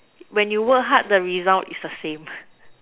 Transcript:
when you work hard the result is the same